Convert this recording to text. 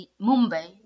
Mumbai